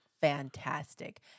Fantastic